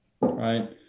right